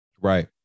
Right